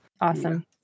Awesome